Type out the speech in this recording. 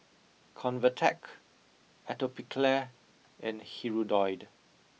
Convatec Atopiclair and Hirudoid